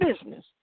business